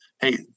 hey